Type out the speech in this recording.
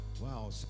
Wow